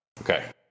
Okay